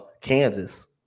Kansas